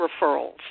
referrals